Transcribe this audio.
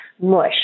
mush